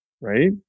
right